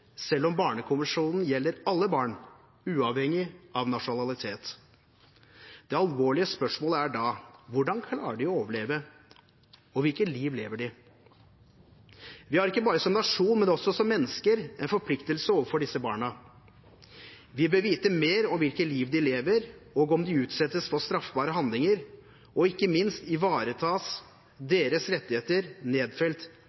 selv om Barnekonvensjonen gjelder alle barn, uavhengig av nasjonalitet. Det alvorlige spørsmålet er da: Hvordan klarer de å overleve, og hvilke liv lever de? Vi har ikke bare som nasjon, men også som mennesker en forpliktelse overfor disse barna. Vi bør vite mer om hvilke liv de lever, og om de utsettes for straffbare handlinger og ikke minst